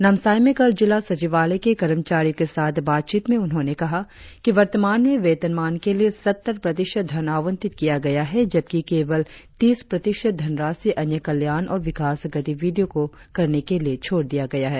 नामसाई में कल जिला सचिवालय के कर्मचारियो के साथ बात चीत में उन्होंने कहा कि वर्तमान में वेतनमान के लिए सत्तर प्रतिशत धन आवंटित किया गया है जबकि केवल तीस प्रतिशत धनराशि अन्य कल्याण और विकास गतिविधियो को करने के लिए छोड़ दिया गया है